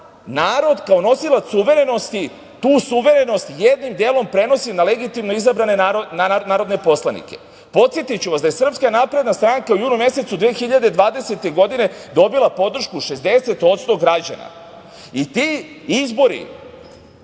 Narod kao nosilac suverenosti tu suverenost jednim delom prenosi na legitimno izabrane narodne poslanike. Podsetiću vas da je SNS u junu mesecu 2020. godine dobila podršku 60% građana i tim izborima